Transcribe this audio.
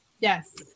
yes